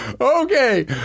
Okay